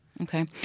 Okay